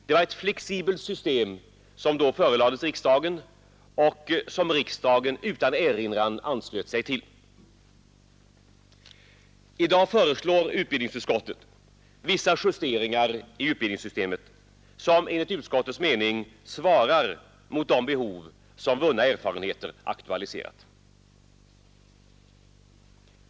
Det var alltså ett flexibelt system som då förelades riksdagen och som riksdagen utan erinran anslöt sig till. I dag föreslår utbildningsutskottet vissa justeringar i utbildningssystemet, som enligt utskottets mening svarar mot de behov som vunna erfarenheter har aktualiserat.